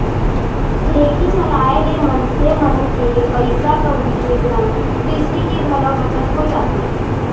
ढेंकी चलाए ले मनसे मन के पइसा कउड़ी के संग बिजली के घलौ बचत हो जाथे